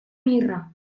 mirra